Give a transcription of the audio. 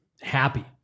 happy